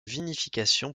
vinification